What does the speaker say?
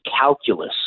calculus